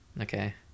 okay